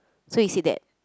so he said that